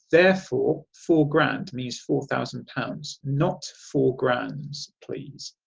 therefore four grand means four thousand pounds not four grands please.